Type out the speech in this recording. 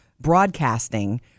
broadcasting